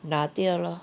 拿掉 lor